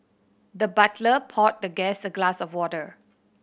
the butler poured the guest a glass of water